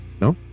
No